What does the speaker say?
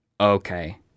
okay